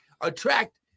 attract